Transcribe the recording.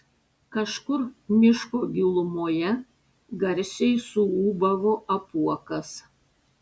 kažkur miško gilumoje garsiai suūbavo apuokas